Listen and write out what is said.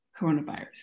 coronavirus